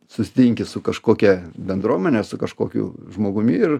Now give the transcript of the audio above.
susitinki su kažkokia bendruomene su kažkokiu žmogumi ir